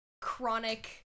chronic